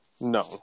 no